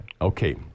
Okay